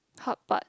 hotpot